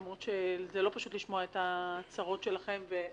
למרות שלא פשוט לשמוע את הצרות שלכם.